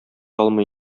алмый